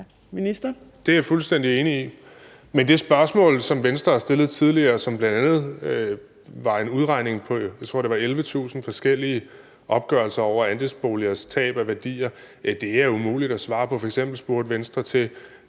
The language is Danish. Bek): Det er jeg fuldstændig enig i. Men det spørgsmål, som Venstre har stillet tidligere, og som bl.a. rummede en udregning på, jeg tror, det var 11.000 forskellige opgørelser over andelsboligers tab af værdier, er umuligt at svare på. F.eks. spurgte Venstre til,